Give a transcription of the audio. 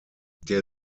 der